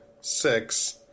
six